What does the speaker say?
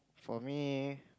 for me